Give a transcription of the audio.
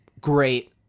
great